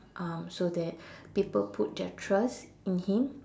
um so that people put their trust in him